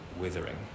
withering